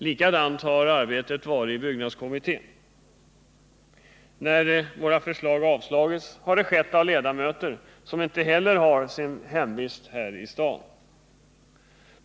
Likadant har förhållandet varit med arbetet i byggnads kommittén. Våra förslag har avslagits av ledamöter som inte har sin hemvist här i staden.